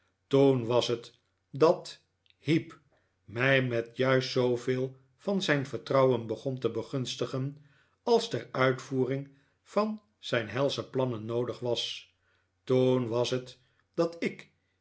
toen was het dat heep mij met juist zooveel van zijn vertrouwen begon te begunstigen als tex uitvoering van zijn helsche plannen noodig was toen was het dat ik